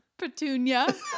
Petunia